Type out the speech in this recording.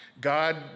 God